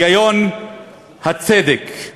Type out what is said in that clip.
הגיון הצדק.